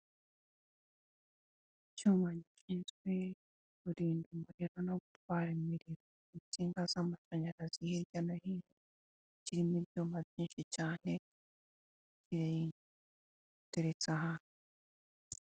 Icyuma gishinzwe kurinda umuriro no gutwara insinga z'amashanyarazi hirya no hino kirimo ibyuma byinshi cyane biteretse ahantu.